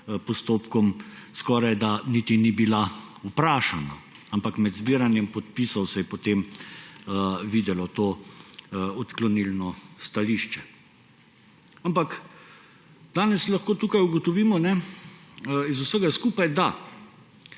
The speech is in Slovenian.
postopkom skorajda niti ni bila vprašana, ampak med zbiranjem podpisov se je potem videlo to odklonilno stališče. Ampak, danes lahko tukaj ugotovimo iz vsega skupaj, da